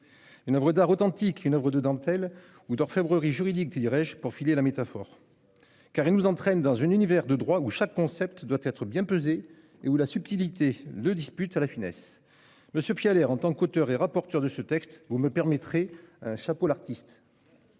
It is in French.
Une oeuvre d'art authentique. Une oeuvre de dentelle, ou d'orfèvrerie juridique, pour filer la métaphore. Car elle nous entraîne dans un univers de droit où chaque concept doit être bien pesé et où la subtilité le dispute à la finesse. Monsieur Fialaire, en tant qu'auteur et rapporteur de ce texte, vous me permettrez de vous dire : chapeau l'artiste